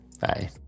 Bye